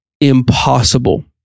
impossible